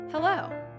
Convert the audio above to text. Hello